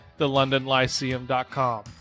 thelondonlyceum.com